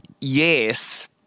Yes